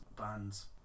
bands